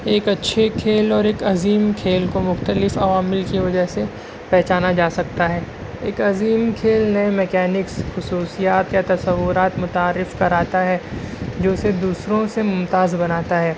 ایک اچھے کھیل اورعظیم کھیل کو مختلف عوامل کی وجہ سے پہچانا جا سکتا ہے ایک عظیم کھیل نے ميكينکس خصوصیات یا تصورات متعارف كراتا ہے جو اسے دوسروں سے ممتاز بناتا ہے